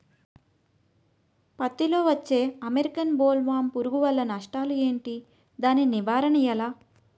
పత్తి లో వచ్చే అమెరికన్ బోల్వర్మ్ పురుగు వల్ల నష్టాలు ఏంటి? దాని నివారణ ఎలా?